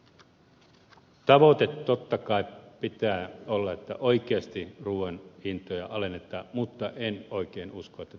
siis tavoite totta kai pitää olla että oikeasti ruuan hintoja alennetaan mutta en oikein usko että